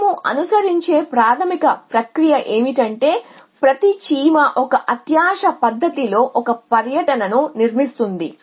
మేము అనుసరించే ప్రాథమిక ప్రక్రియ ఏమిటంటే ప్రతి చీమ ఒక అత్యాశ పద్ధతిలో ఒక పర్యటనను నిర్మిస్తుంది